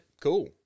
cool